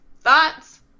thoughts